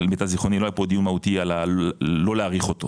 למיטב זיכרוני לא היה פה דיון מהותי על לא להאריכו.